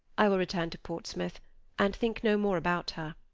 i will return to portsmouth and think no more about her.